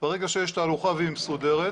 ברגע שיש תהלוכה והיא מסודרת,